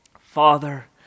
father